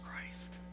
Christ